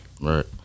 Right